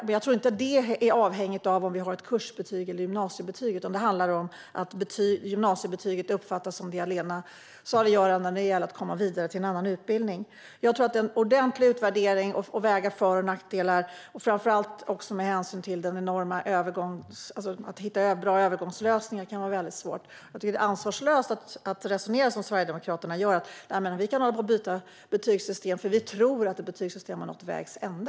Men jag tror inte att det är avhängigt av om vi har kurs eller ämnesbetyg, utan det handlar om att gymnasiebetyget uppfattas som det allena saliggörande när det gäller att komma vidare till annan utbildning. Jag tror att det behövs en ordentlig utvärdering där man väger för och nackdelar. Att hitta bra övergångslösningar kan också vara väldigt svårt. Jag tycker att det är ansvarslöst att resonera som Sverigedemokraterna gör och säga att vi kan hålla på och byta betygssystem för att vi tror att betygssystemet har nått vägs ände.